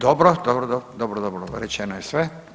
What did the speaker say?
Dobro, dobro, dobro, rečeno je sve.